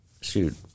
shoot